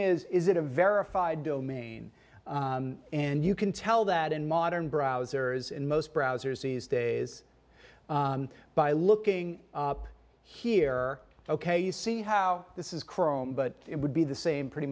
is is it a verified domain and you can tell that in modern browsers in most browsers ease days by looking up here ok you see how this is chrome but it would be the same pretty